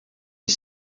est